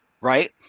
right